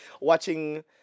Watching